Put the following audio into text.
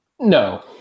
No